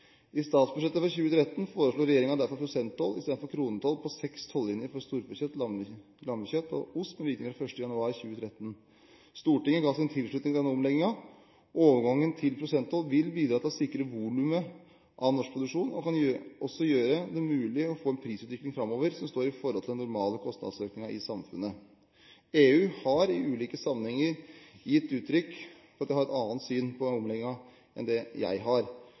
I statsbudsjettet for 2013 foreslo regjeringen derfor prosenttoll istedenfor kronetoll på seks tollinjer for storfekjøtt, lammekjøtt og ost med virkning fra 1. januar 2013. Stortinget ga sin tilslutning til denne omleggingen. Overgangen til prosenttoll vil bidra til å sikre volumet av norsk produksjon og kan også gjøre det mulig å få en prisutvikling framover som står i forhold til den normale kostnadsøkningen i samfunnet. EU har i ulike sammenhenger gitt uttrykk for at de har et annet syn på omleggingen enn det jeg har.